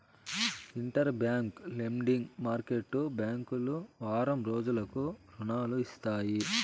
inter bank lending market బ్యాంకులు వారం రోజులకు రుణాలు ఇస్తాయి